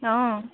অঁ